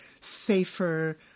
safer